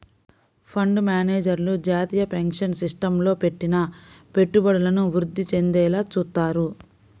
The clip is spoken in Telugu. ఫండు మేనేజర్లు జాతీయ పెన్షన్ సిస్టమ్లో పెట్టిన పెట్టుబడులను వృద్ధి చెందేలా చూత్తారు